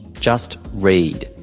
just read.